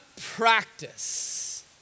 practice